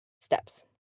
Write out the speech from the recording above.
steps